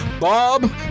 Bob